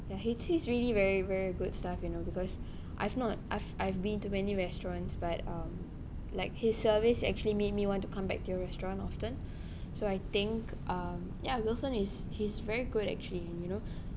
yeah he's he's really very very good staff you know because I've not I've I've been to many restaurants but um like his service actually made me want to come back to your restaurant often so I think um ya wilson is he's very good actually you know